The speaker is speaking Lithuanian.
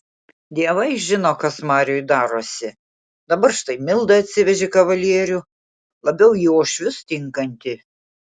dievai žino kas mariui darosi dabar štai milda atsivežė kavalierių labiau į uošvius tinkantį